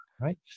right